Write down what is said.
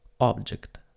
object